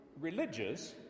religious